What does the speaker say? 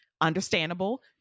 understandable